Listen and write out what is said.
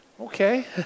Okay